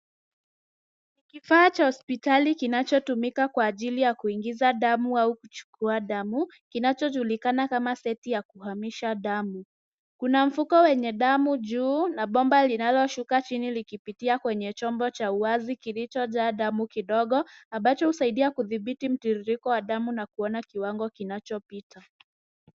Kifaa cha hospitali kinachotumika kwa ajili ya kuingiza au kuchukua damu, kinachojulikana kama seti ya kuhamisha damu. Kuna mfuko wenye damu juu na bomba linaloshuka chini, likipitia kwenye chombo cha uwazi kilichojaa damu kidogo, ambacho husaidia kudhibiti mtiririko wa damu na kuona kiwango kinachopita.